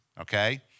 okay